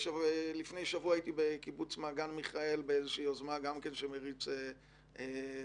ולפני שבוע הייתי בקיבוץ מעגן מיכאל באיזושהי יוזמה שמריץ בחור.